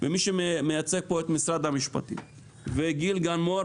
ומי שמייצג פה את משרד המשפטים וגיל גן מור